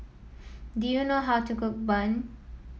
do you know how to cook bun